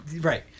Right